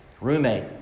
roommate